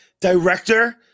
director